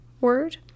word